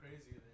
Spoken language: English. crazy